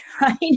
right